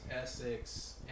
Essex